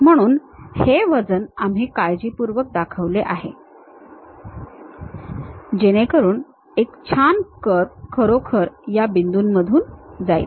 म्हणून हे वजन आम्ही काळजीपूर्वक दाखवले आहे जेणेकरून एक छान कर्व खरोखर या बिंदूंमधून जाईल